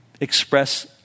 express